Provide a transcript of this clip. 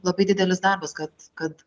labai didelis darbas kad kad